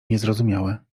niezrozumiałe